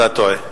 אתה טועה.